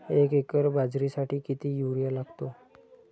एक एकर बाजरीसाठी किती युरिया लागतो?